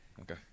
okay